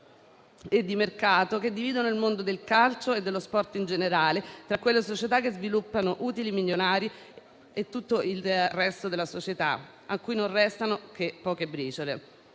e di mercato che dividono il mondo del calcio e dello sport in generale tra società che sviluppano utili milionari e tutto il resto della società, cui non restano che poche briciole.